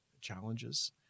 challenges